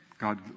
God